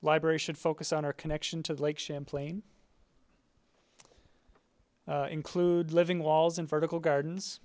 library should focus on our connection to the lake champlain include living walls and vertical gardens